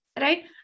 right